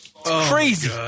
crazy